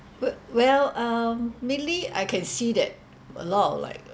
w~ well um mainly I can see that a lot of like